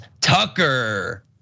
Tucker